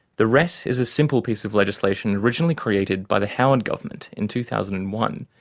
the ret is a simple piece of legislation originally created by the howard government in two thousand and one,